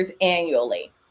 annually